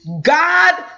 God